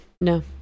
no